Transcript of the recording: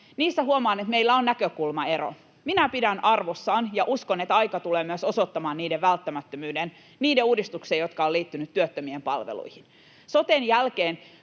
että huomaan, että niissä meillä on näkökulmaero. Minä pidän niitä arvossa ja uskon, että aika tulee myös osoittamaan niiden uudistuksien välttämättömyyden, jotka ovat liittyneet työttömien palveluihin. Soten jälkeen